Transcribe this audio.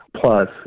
plus